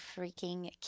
freaking